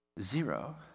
Zero